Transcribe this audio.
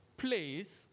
place